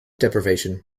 deprivation